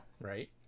right